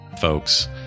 folks